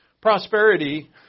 Prosperity